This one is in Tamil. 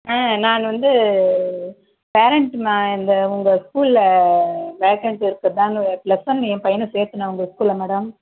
ஆ நான் வந்து பேரண்டு மே இந்த உங்கள் ஸ்கூலில் வேக்கன்சி இருக்குதா பிளஸ் ஒன்றுல என் பையனை சேர்த்தனும் உங்கள் ஸ்கூலில் மேடம்